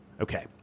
Okay